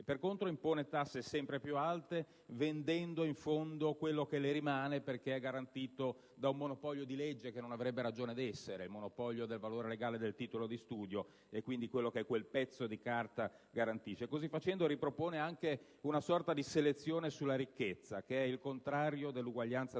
per contro, impone tasse sempre più alte, vendendo in fondo quello che le rimane perché è garantito da un monopolio di legge che non avrebbe ragione di essere, ossia il monopolio del valore legale del titolo di studio, quello che quel pezzo di carta garantisce. Così facendo, si ripropone anche una sorta di selezione sulla ricchezza, che è il contrario dell'uguaglianza delle